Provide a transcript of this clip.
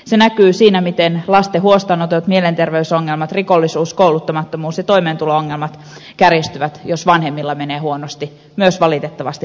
se näkyy siinä miten lasten huostaanotot mielenterveysongelmat rikollisuus kouluttamattomuus ja toimeentulo ongelmat kärjistyvät jos vanhemmilla menee huonosti myös valitettavasti lasten kohdalla